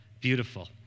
Beautiful